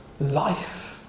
life